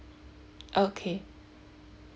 okay